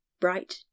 bright